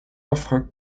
offres